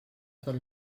tot